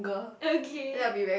okay